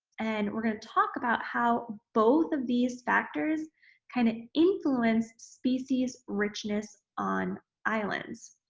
and, we're going to talk about how both of these factors kind of influence species richness on islands.